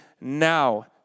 now